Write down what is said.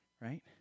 right